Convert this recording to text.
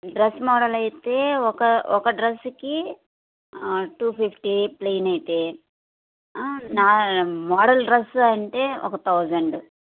dress model అయితే ఒక ఒక డ్రెస్కి టూ ఫిఫ్టీ ప్లెయిన్ అయితే నా మోడల్ డ్రస్ అంటే ఒక థౌజండ్